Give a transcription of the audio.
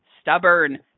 stubborn